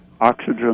oxygen